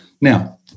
Now